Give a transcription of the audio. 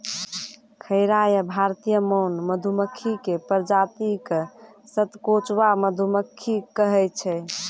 खैरा या भारतीय मौन मधुमक्खी के प्रजाति क सतकोचवा मधुमक्खी कहै छै